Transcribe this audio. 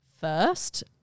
First